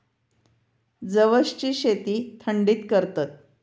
जवसची शेती थंडीत करतत